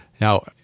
Now